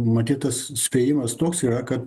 matyt tas spėjimas toks yra kad